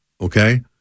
okay